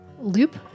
loop